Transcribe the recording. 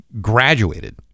graduated